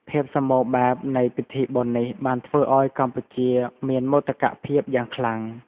ភាពសម្បូរបែបនៃពិធីបុណ្យនេះបានធ្វើឲ្យកម្ពុជាមានមោទកភាពយ៉ាងខ្លាំង។